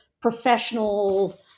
professional